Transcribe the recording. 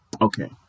Okay